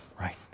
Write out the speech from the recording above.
right